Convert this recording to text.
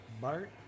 Bart